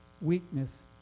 weakness